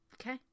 okay